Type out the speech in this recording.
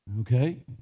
Okay